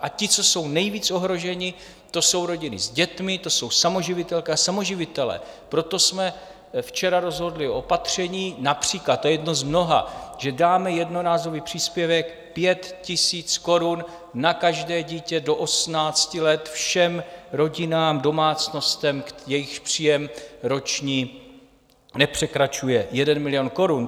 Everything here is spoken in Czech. A ti, co jsou nejvíc ohroženi, to jsou rodiny s dětmi, to jsou samoživitelky a samoživitelé, proto jsme včera rozhodli o opatření, například to je jedno z mnoha že dáme jednorázový příspěvek 5 000 korun na každé dítě do 18 let všem rodinám, domácnostem, jejichž příjem roční nepřekračuje 1 milion korun.